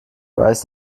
weiß